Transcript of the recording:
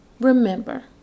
remember